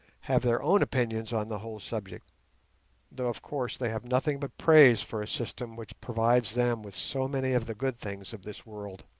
have their own opinions on the whole subject though of course they have nothing but praise for a system which provides them with so many of the good things of this world.